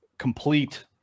complete